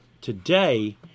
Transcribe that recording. today